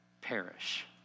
perish